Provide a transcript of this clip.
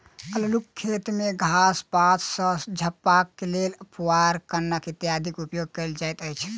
अल्लूक खेती मे घास पात सॅ झपबाक लेल पुआर, कन्ना इत्यादिक उपयोग कयल जाइत अछि